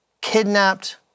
kidnapped